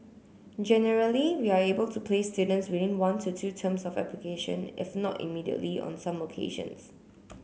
generally we are able to place students within one to two terms of application if not immediately on some occasions